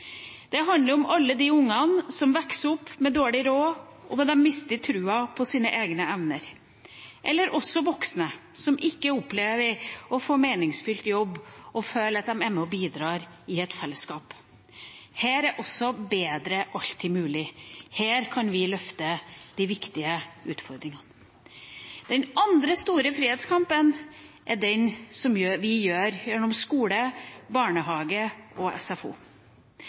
Det handler om alle de ungene som vokser opp med dårlig råd, og at de mister troen på sine egne evner, eller voksne som ikke opplever å få en meningsfull jobb, og som ikke føler at de er med og bidrar i et fellesskap. Her er bedre alltid mulig, her kan vi løfte de viktige utfordringene. Den andre store frihetskampen er den som vi har gjennom skole, barnehage og SFO.